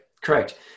Correct